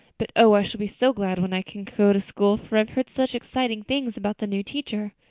but oh, i shall be so glad when i can go to school for i've heard such exciting things about the new teacher.